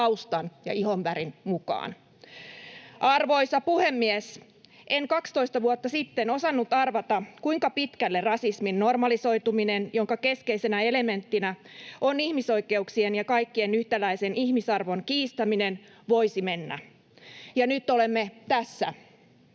taustan ja ihonvärin mukaan. Arvoisa puhemies, en 12 vuotta sitten osannut arvata, kuinka pitkälle rasismin normalisoituminen, jonka keskeisenä elementtinä on ihmisoikeuksien ja kaikkien yhtäläisen ihmisarvon kiistäminen, voisi mennä. Ja nyt olemme tässä.